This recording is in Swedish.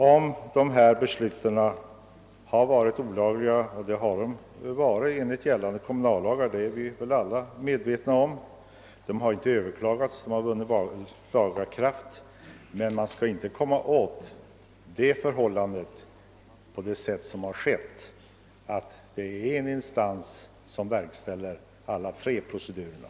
Om dessa beslut har varit olagliga — och vi är alla medvetna om att de enligt gällande kommunallagar har varit det — men inte har överklagats och därmed har vunnit laga kraft, bör man inte komma åt ett sådant förhållande på det sätt som har skett, där en och samma instans har alla tre funktionerna.